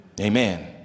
Amen